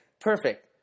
perfect